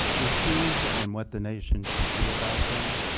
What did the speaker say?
issues and what the nation should do about them.